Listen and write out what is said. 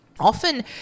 Often